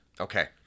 Okay